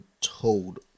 told